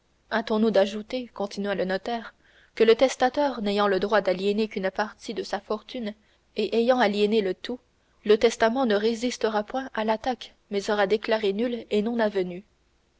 hâtons-nous d'ajouter continua le notaire que le testateur n'ayant le droit d'aliéner qu'une partie de sa fortune et ayant aliéné le tout le testament ne résistera point à l'attaque mais sera déclaré nul et non